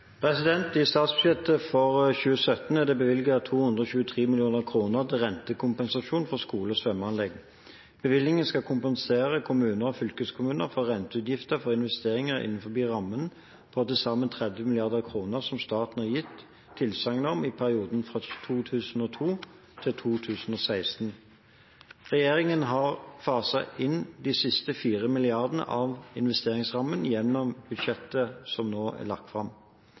I statsbudsjettet for 2017 er det bevilget 223 mill. kr til rentekompensasjon for skole- og svømmeanlegg. Bevilgningen skal kompensere kommuner og fylkeskommuner for renteutgifter for investeringer innenfor rammen på til sammen 30 mrd. kr som staten har gitt tilsagn om i perioden fra 2002 til 2016. Regjeringen har faset inn de siste 4 mrd. kr av investeringsrammen gjennom budsjettet som er lagt fram. Staten har forpliktet seg til å utbetale tilskudd 20 år fram